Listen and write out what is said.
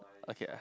okay I